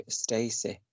stacy